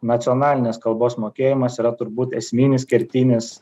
nacionalinės kalbos mokėjimas yra turbūt esminis kertinis